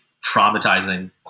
traumatizing